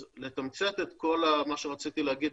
אז לתמצת את כל מה שרציתי להגיד,